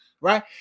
right